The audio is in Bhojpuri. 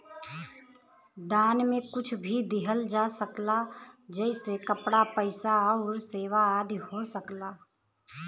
दान में कुछ भी दिहल जा सकला जइसे कपड़ा, पइसा आउर सेवा आदि हो सकला